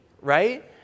right